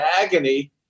agony